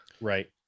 right